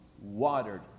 watered